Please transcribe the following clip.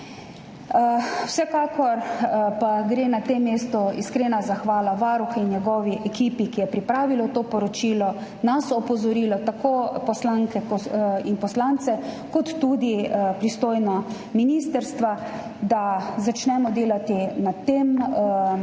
Vsekakor pa gre na tem mestu iskrena zahvala varuhu in njegovi ekipi, ki so pripravili to poročilo, opozorili tako nas poslanke in poslance kot tudi pristojna ministrstva, da začnemo delati na tem.